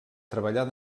treballar